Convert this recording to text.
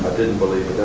didn't believe